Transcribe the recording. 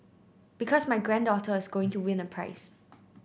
because my granddaughter is going to win a prize